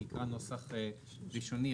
אני אקרא נוסח ראשוני,